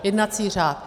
Jednací řád.